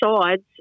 sides